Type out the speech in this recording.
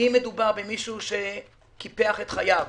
אם מדובר במישהו שקיפח את חייו